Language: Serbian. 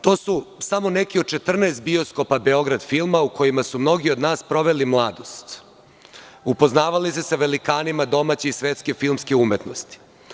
To su samo neki od 14 bioskopa „Beograd filma“ u kojima su mnogi od nas proveli mladost, upoznavali se sa velikanima domaće i svetske filmske umetnosti.